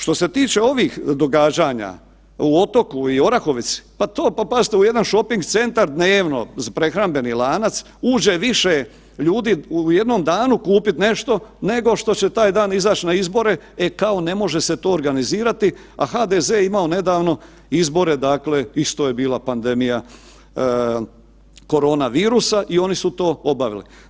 Što se tiče ovih događanja u Otoku i Orahovici, pa to, pa pazite, u jedan šoping centar dnevno, prehrambeni lanac uđe više ljudi u jednom danu kupiti nešto nego što će taj dan izaći na izbore, e kao ne može se to organizirati, a HDZ imao nedavno izbore dakle, isto je bila pandemija koronavirusa i oni su to obavili.